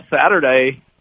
Saturday